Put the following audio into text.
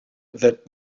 that